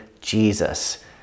Jesus